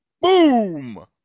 Boom